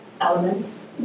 elements